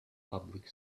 public